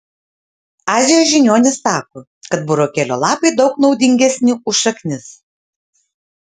azijos žiniuonys sako kad burokėlio lapai daug naudingesni už šaknis